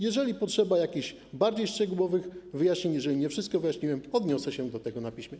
Jeżeli potrzeba jakichś bardziej szczegółowych wyjaśnień, jeżeli nie wszystko wyjaśniłem, to odniosę się do tego na piśmie.